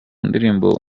ndirimbo